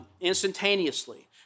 instantaneously